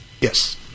Yes